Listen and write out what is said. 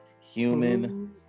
Human